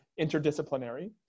interdisciplinary